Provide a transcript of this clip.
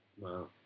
Wow